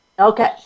Okay